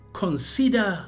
consider